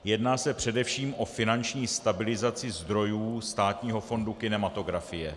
Jedná se především o finanční stabilizaci zdrojů Státního fondu kinematografie.